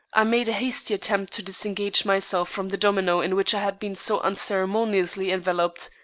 i made a hasty attempt to disengage myself from the domino in which i had been so unceremoniously enveloped.